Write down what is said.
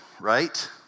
right